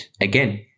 again